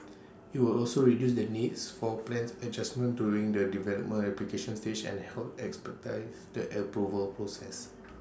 IT will also reduce the need for plans adjustment during the development application stage and help expertise the approval process